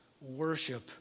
worship